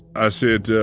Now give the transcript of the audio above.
i said,